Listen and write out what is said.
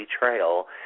betrayal